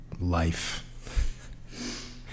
life